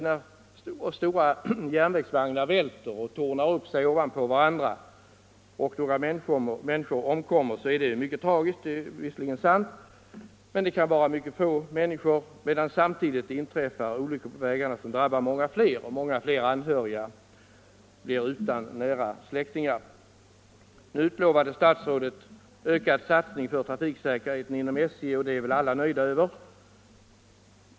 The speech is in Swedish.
När stora järnvägsvagnar välter och en del av dem tornar upp sig på varandra och några människor omkommer är detta naturligtvis tragiskt men det kan då röra sig om ett relativt fåtal människor, medan det samtidigt ute på vägarna inträffar olyckor som drabbar många flera och gör att fler anhöriga blir utan nära släktingar. Nu utlovade statsrådet ökad satsning på trafiksäkerheten inom SJ. Detta löfte är väl alla nöjda med.